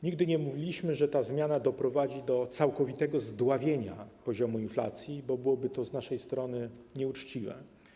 Nigdy nie mówiliśmy, że ta zmiana doprowadzi do całkowitego zdławienia poziomu inflacji, bo byłoby to z naszej strony nieuczciwe.